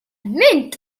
mynd